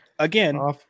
Again